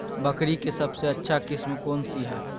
बकरी के सबसे अच्छा किस्म कौन सी है?